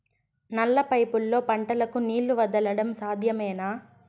నల్ల పైపుల్లో పంటలకు నీళ్లు వదలడం సాధ్యమేనా?